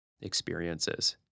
experiences